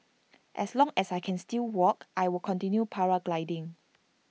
as long as I can still walk I will continue paragliding